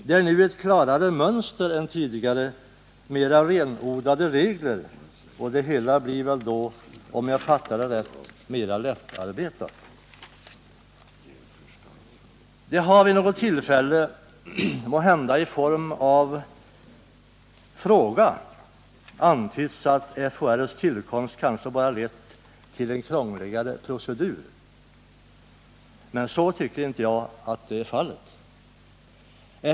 Det är nu ett klararemönster än tidigare, med renodlade regler, och det hela blir då — om jag fattar det rätt — mer lättarbetat. Det har vid något tillfälle — måhända i form av en fråga — antytts att FHR:s tillkomst kanske lett till en krångligare förhandlingsprocedur, men jag tycker inte att så är fallet.